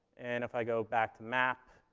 and if i go back to map,